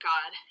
God